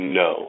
no